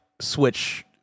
switch